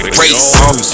race